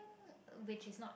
which is not